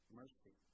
mercy